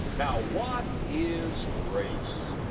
now what is grace,